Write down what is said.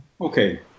okay